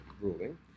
ruling